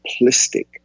simplistic